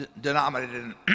denominated